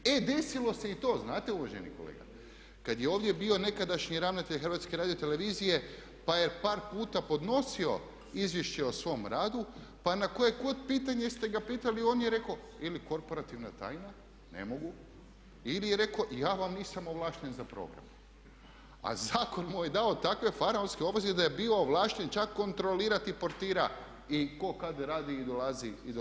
E desilo se i to, znate uvaženi kolega, kad je ovdje bio nekadašnji ravnatelj HRT-a pa je par puta podnosio izvješće o svom radu, pa na koje god pitanje ste ga pitali, on je rekao ili korporativna tajna, ne mogu, ili je rekao: „Ja vam nisam ovlašten za program!“, a zakon mu je dao takve faraonske obveze da je bio ovlašten čak kontrolirati portira i tko kad radi i dolazi na posao.